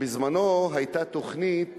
היתה תוכנית